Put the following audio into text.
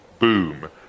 Boom